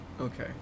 Okay